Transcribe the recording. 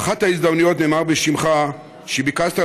באחת ההזדמנויות נאמר בשמך שביקשת